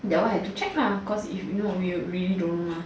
that one have to check ah cause if not you really don't know mah